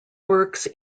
works